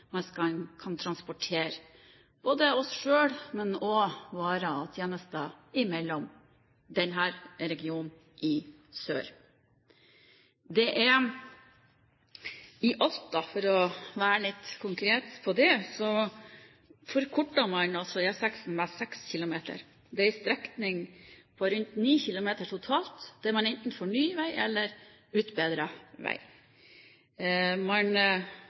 man skal kunne transportere både seg selv, varer og tjenester i denne regionen i sør. I Alta – for å være litt konkret på det – forkorter man E6 med 6 km. Det er en strekning på rundt 9 km totalt der man enten får ny vei eller utbedret vei. Man